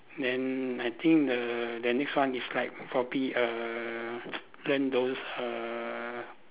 then I think the the next one is like probably err learn those uh